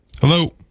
Hello